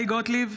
גוטליב,